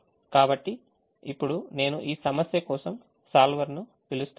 కాబట్టి ఇప్పుడు నేను ఈ సమస్య కోసం solver ను పిలుస్తున్నాను